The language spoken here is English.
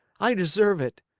i deserve it!